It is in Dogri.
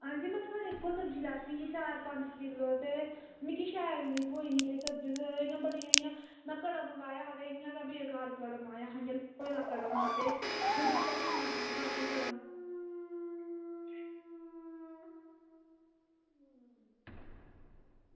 आं में थुआढ़े इत्थां सब्ज़ी लैती ही चार पंज किलो ते मिगी शैल निं थ्होई सब्ज़ी ते बड़ी इंया में कड़म मंगाया हा ते इंया बेकार कड़म आया हा ते बेकार कड़म हा ते तुसें असेंगी दित्ता बी इंया इन्ना मैहंगा असेंगी कड़म